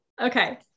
Okay